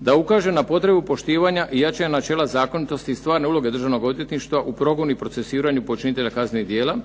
da ukažem na potrebu poštivanja i jačanja načela zakonitosti i stvarne uloge Državnog odvjetništva u progonu i procesuiranju počinitelja kaznenih djela